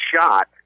shot